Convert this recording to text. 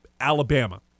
Alabama